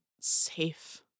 safe